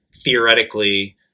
theoretically